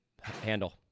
handle